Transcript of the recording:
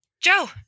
Joe